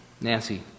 Nancy